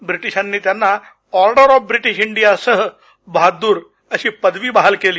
ब्रिटीशांनी त्यांना order of British इंडियासह बहावूर अशी पदवी बहाल केली